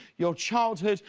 your childhood,